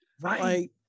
Right